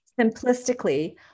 simplistically